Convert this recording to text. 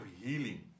healing